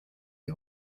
die